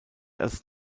als